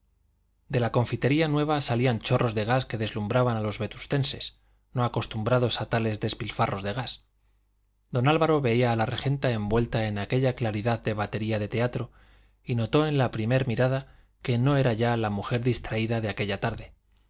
de la confitería nueva salían chorros de gas que deslumbraban a los vetustenses no acostumbrados a tales despilfarros de gas don álvaro veía a la regenta envuelta en aquella claridad de batería de teatro y notó en la primer mirada que no era ya la mujer distraída de aquella tarde